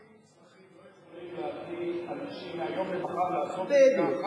הקמפיינים הכי מוצלחים לא יכולים להביא אנשים מהיום למחר לעזוב מדינה.